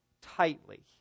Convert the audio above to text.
tightly